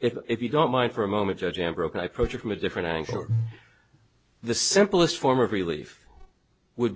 if you don't mind for a moment judge i am broken i procure from a different angle the simplest form of relief would